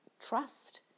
trust